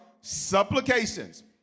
Supplications